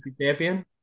champion